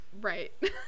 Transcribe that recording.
Right